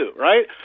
right